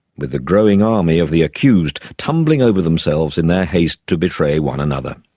with a growing army of the accused tumbling over themselves in their haste to betray one another.